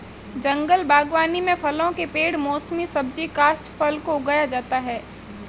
जंगल बागवानी में फलों के पेड़ मौसमी सब्जी काष्ठफल को उगाया जाता है